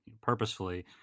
purposefully